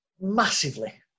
massively